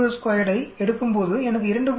592 ஐ எடுக்கும்போதுஎனக்கு 2